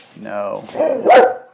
No